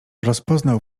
rozpoznał